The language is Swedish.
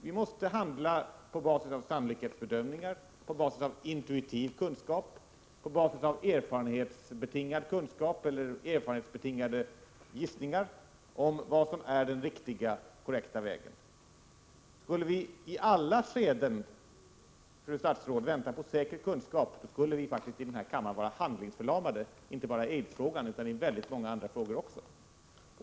Vi måste handla på basis av sannolikhetsbedömningar, på basis av intuitiv kunskap, på basis av erfarenhetsbetingad kunskap eller erfarenhetsbetingade gissningar om vad som är den riktiga och korrekta vägen. Skulle vi i alla skeden, fru statsråd, vänta på säker kunskap, skulle vi i den här kammaren faktiskt vara handlingsförlamade, inte bara i aidsfrågan utan i väldigt många andra frågor också.